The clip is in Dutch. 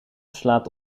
slaapt